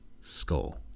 skull